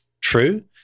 true